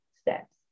steps